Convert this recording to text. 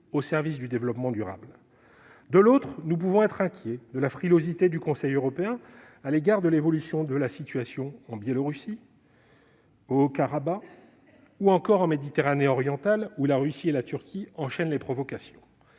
au service du développement durable. De l'autre, nous pouvons être inquiets de la frilosité du Conseil européen devant l'évolution de la situation en Biélorussie, au Haut-Karabakh ou encore en Méditerranée orientale, où la Russie et la Turquie multiplient les provocations.